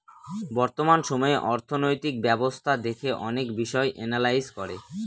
বর্তমান সময়ে অর্থনৈতিক ব্যবস্থা দেখে অনেক বিষয় এনালাইজ করে